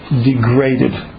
degraded